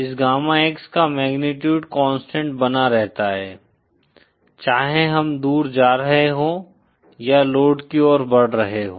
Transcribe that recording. इस gamma X का magnitude constant बना रहता है चाहे हम दूर जा रहे हों या लोड की ओर बढ़ रहे हों